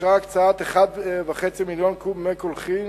אושרה הקצאת 1.5 מיליון קוב מי קולחין